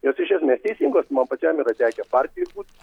jos iš esmės teisingos man pačiam yra tekę partijoj būt